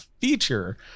feature